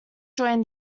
joined